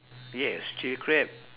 yes chili crab